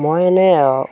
মই এনে